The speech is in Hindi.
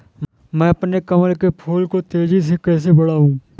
मैं अपने कमल के फूल को तेजी से कैसे बढाऊं?